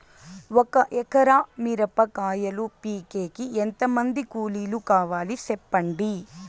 ఒక ఎకరా మిరప కాయలు పీకేకి ఎంత మంది కూలీలు కావాలి? సెప్పండి?